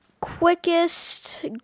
quickest